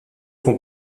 font